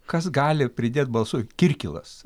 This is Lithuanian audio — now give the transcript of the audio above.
kas gali pridėt balsų kirkilas